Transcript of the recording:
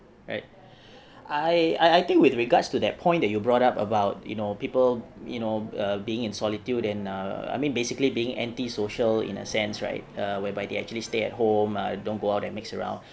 right I I think with regards to that point that you brought up about you know people you know err being in solitude and err I mean basically being anti-social in a sense right err whereby they actually stay at home err don't go out and mix around